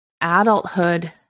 adulthood